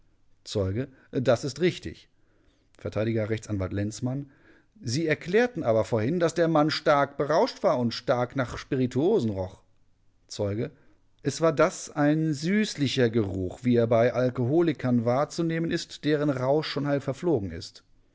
zeuge das ist richtig vert rechtsanwalt lenzmann sie erklärten aber vorhin daß der mann stark berauscht war und stark nach spirituosen roch zeuge es war das ein süßlicher geruch wie er bei alkoholikern wahrzunehmen ist deren rausch schon halb verflogen ist